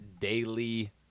daily